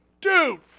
dude